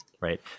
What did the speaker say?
right